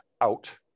out